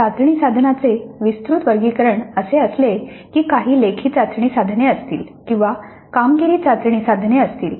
चाचणी साधनाचे विस्तृत वर्गीकरण असे असेल की काही लेखी चाचणी साधने असतील किंवा कामगिरी चाचणी साधने असतील